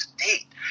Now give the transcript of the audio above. State